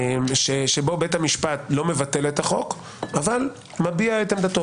שעל פיו בית המשפט לא מבטל את החוק אבל מביע את עמדתו,